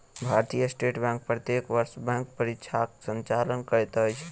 भारतीय state bank प्रत्येक वर्ष बैंक परीक्षाक संचालन करैत अछि